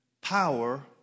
power